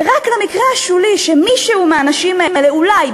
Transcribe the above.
ורק למקרה השולי שמישהו מהאנשים האלה אולי,